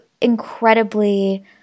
incredibly